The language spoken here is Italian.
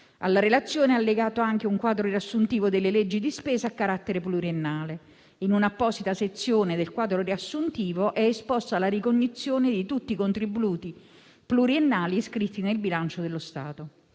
Alla relazione è allegato anche un quadro riassuntivo delle leggi di spesa a carattere pluriennale. In un'apposita sezione del quadro riassuntivo è esposta la ricognizione di tutti i contributi pluriennali iscritti nel bilancio dello Stato.